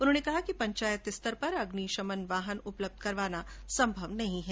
उन्होंने कहा कि पंचायत स्तर पर अग्निशमन वाहन उपलब्ध कराना संभव नहीं है